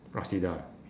rasidah